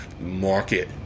Market